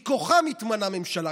מכוחה מתמנה ממשלה,